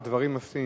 דברים יפים.